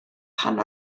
pan